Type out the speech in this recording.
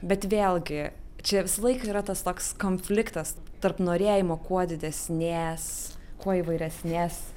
bet vėlgi čia visą laiką yra tas toks konfliktas tarp norėjimo kuo didesnės kuo įvairesnės